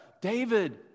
David